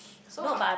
so I